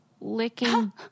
licking